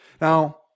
Now